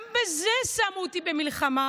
גם בזה שמו אותי במלחמה.